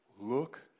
look